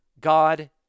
God